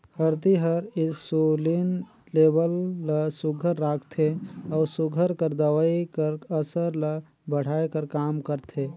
हरदी हर इंसुलिन लेबल ल सुग्घर राखथे अउ सूगर कर दवई कर असर ल बढ़ाए कर काम करथे